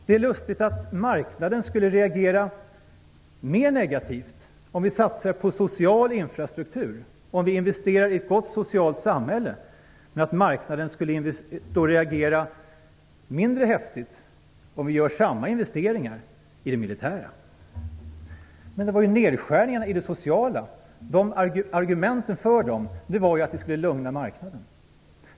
Det är lustigt att marknaden skulle reagera mera negativt om vi satsade på social infrastruktur och investerade i ett gott socialt samhälle men att marknaden skulle reagera mindre häftigt om vi gjorde samma investeringar i det militära. Men argumenten för nedskärningarna på det sociala området var ju att vi skulle lugna marknaden.